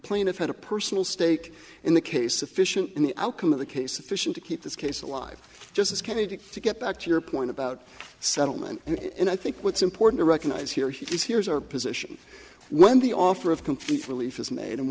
plaintiff had a personal stake in the case efficient in the outcome of the case efficient to keep this case alive just kennedy to get back to your point about settlement and i think what's important to recognize here he's here is our position when the offer of complete relief is made and